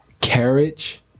carriage